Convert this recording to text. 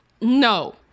No